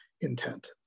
intent